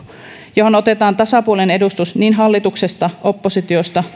johon otetaan tasapuolinen edustus niin hallituksesta oppositiosta